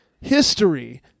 history